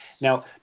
Now